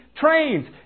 trains